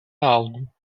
algo